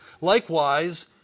Likewise